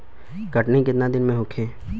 कटनी केतना दिन में होखे?